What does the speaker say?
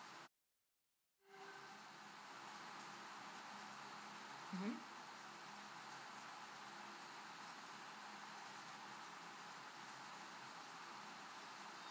mmhmm